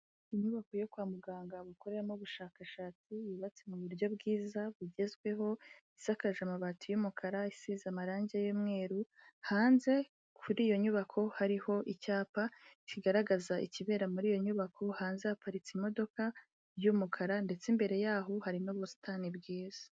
Inyubako yo kwa muganga bakoreramo ubushakashatsi, yubatse mu buryo bwiza bugezweho, isakaje amabati y'umukara isize amarangi y'umweru, hanze kuri iyo nyubako hariho icyapa kigaragaza ikibera muri iyo nyubako, hanze haparitse imodoka y'umukara, ndetse imbere yaho harimo ubusitani bwiza.